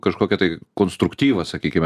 kažkokį tai konstruktyvą sakykime